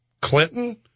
Clinton